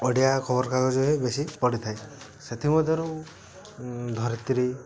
ଓଡ଼ିଆ ଖବର କାଗଜ ହିଁ ବେଶୀ ପଢ଼ିଥାଏ ସେଥିମଧ୍ୟରୁ ଧରିତ୍ରୀ